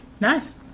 Nice